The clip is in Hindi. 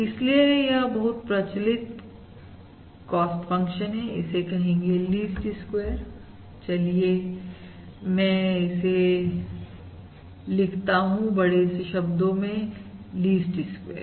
इसलिए यह बहुत प्रचलित कॉस्ट फंक्शन है इसे कहेंगे लीस्ट स्क्वेयर चलिए मैं से लिखता हूं बड़े से शब्दों में लीस्ट स्क्वेयर